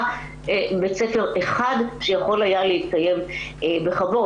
בית ספר אחד שיכול היה להתקיים בכבוד.